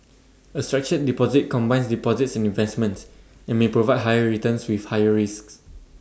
A structured deposit combines deposits and investments and may provide higher returns with higher risks